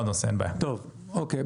אוקיי.